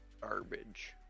garbage